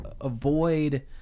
avoid